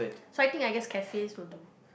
so I think I guess cafes will do